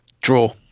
draw